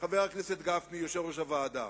חבר הכנסת גפני, יושב-ראש הוועדה.